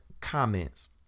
comments